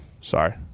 Sorry